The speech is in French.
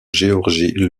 géorgie